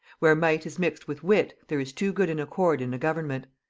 where might is mixed with wit, there is too good an accord in a government.